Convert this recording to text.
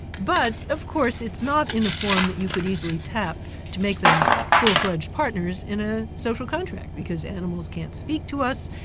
but of course it's not in a form that you could easily tap to make them full-fledged partners in a social contract, because animals can't speak to us,